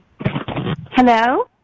Hello